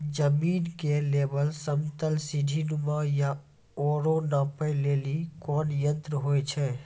जमीन के लेवल समतल सीढी नुमा या औरो नापै लेली कोन यंत्र होय छै?